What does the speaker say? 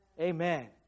Amen